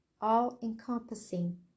all-encompassing